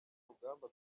rugamba